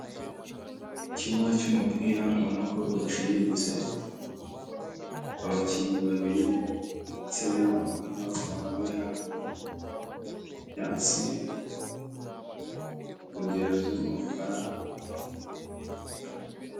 Ikibuga cy'umupira ubona ko giciriritse, harimo abakinnyi babiri ndetse n'abafana bari hakurya. Ibyatsi na godeo z'umukara.